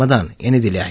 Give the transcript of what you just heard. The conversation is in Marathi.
मदान यांनी दिल्या आहेत